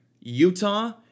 Utah